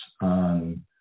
on